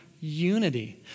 unity